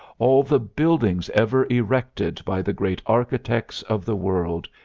all the buildings ever erected by the great architects of the world,